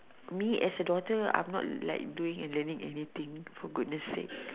me as a daughter I'm not like doing and learning anything for goodness sake